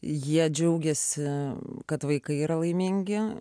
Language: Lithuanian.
jie džiaugėsi kad vaikai yra laimingi